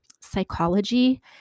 psychology